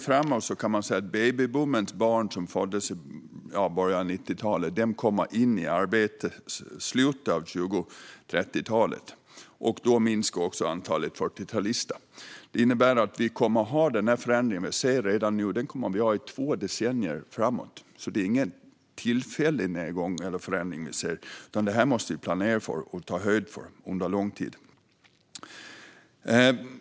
Framåt kan man se att babyboomens barn, som föddes i början av 90-talet, kommer i arbete i slutet av 2030-talet, och då minskar också antalet 40-talister. Detta innebär att vi kommer att ha den förändring vi redan nu ser i två decennier framåt. Det är ingen tillfällig nedgång eller förändring vi ser utan något vi måste planera och ta höjd för under lång tid.